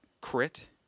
crit